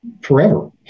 forever